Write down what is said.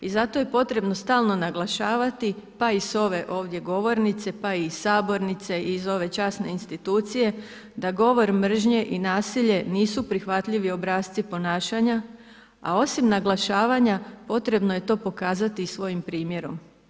I zato je potrebno stalno naglašavati, pa i s ovdje ove govornice, pa i sabornice iz ove časne institucije, da govor mržnje i nasilje nisu prihvatljivi obrasci ponašanja, a osim naglašavanja potrebno je to pokazati i svojim primjerom.